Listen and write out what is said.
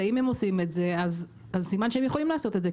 אם הם עושים את זה, סימן שהם יכולים לעשות את זה.